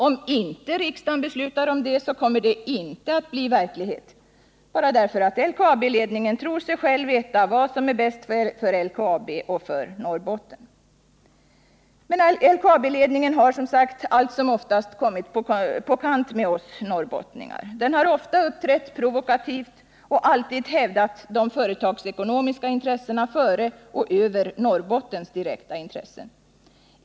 Om riksdagen inte beslutar om detta kommer det inte att bli verklighet, därför att LKAB-ledningen tror sig veta själv vad som är bäst för LKAB och för Norrbotten. Men LKAB-ledningen har som sagt allt som oftast kommit på kant med oss norrbottningar. Den har ofta uppträtt provokativt och alltid hävdat de företagsekonomiska intressena före och över Norrbottens direkta intressen.